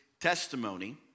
testimony